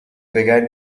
began